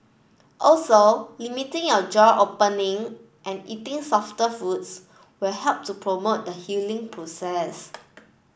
also limiting your jaw opening and eating softer foods will help to promote the healing process